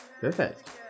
Perfect